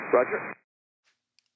Roger